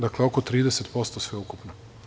Dakle, oko 30% sve ukupno.